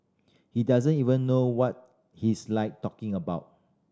he doesn't even know what he's like talking about